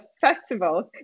festivals